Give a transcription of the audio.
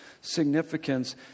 significance